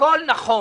הכול נכון.